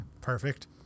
Perfect